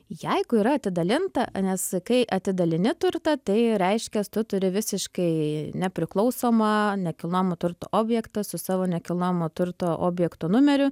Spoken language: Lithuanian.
jeigu yra atidalinta nes kai atidalinti turtą tai reiškias tu turi visiškai nepriklausomą nekilnojamo turto objektą su savo nekilnojamo turto objekto numeriu